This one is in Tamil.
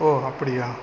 ஓ அப்படியா